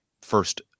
first